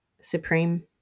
supreme